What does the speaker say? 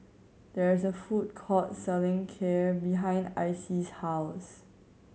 there is a food court selling Kheer behind Icy's house